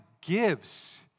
gives